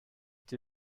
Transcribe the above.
die